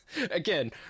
Again